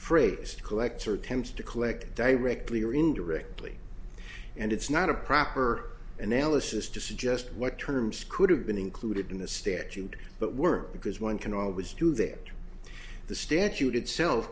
phrased collects or tends to collect directly or indirectly and it's not a proper analysis to suggest what terms could have been included in the statute but work because one can always do there the statute itself